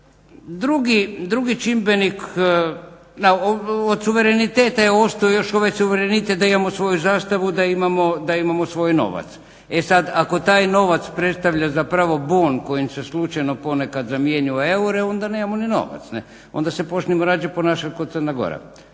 drugi čimbenik od suvereniteta je ostao još suverenitet da imamo svoju zastavu, da imamo svoj novac. E sada ako taj nova predstavlja zapravo bon kojim se slučajno ponekad zamijeni u eure onda nemamo ni novac, onda se počnemo radije ponašati kao Crna Gora,